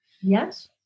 Yes